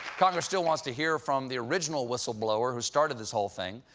congress still wants to hear from the original whistleblower who started this whole thing.